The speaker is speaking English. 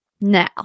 Now